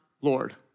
Lord